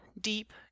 deep